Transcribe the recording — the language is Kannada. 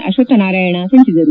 ಅಶ್ವತ್ ನಾರಾಯಣ ತಿಳಿಸಿದರು